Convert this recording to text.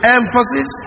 emphasis